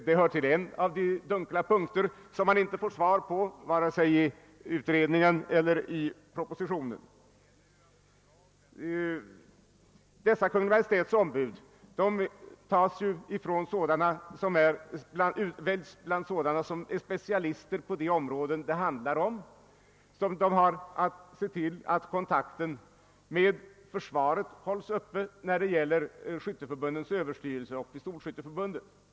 Det är en av de frågor som man inte får något svar på vare sig i utredningens betänkande eller i propositionen. Dessa Kungl. Maj:ts ombud utväljs bland personer som är specialister på det område det handlar om. De skall bl a. se till att kontakten mellan försvaret och Skytteförbundens överstyrelse och Pistolskytteförbundet hålls uppe.